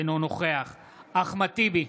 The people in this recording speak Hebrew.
אינו נוכח אחמד טיבי,